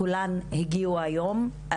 כולן הגיעו היום.